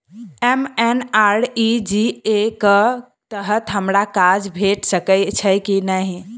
MNREGA कऽ तहत हमरा काज भेट सकय छई की नहि?